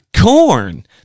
corn